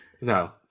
No